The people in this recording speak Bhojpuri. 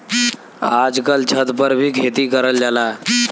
आजकल छत पर भी खेती करल जाला